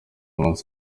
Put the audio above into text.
munsi